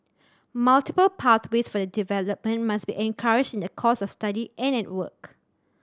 multiple pathways for development must be encouraged in the course of study and at work